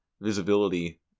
visibility